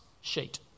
sheet